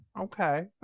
okay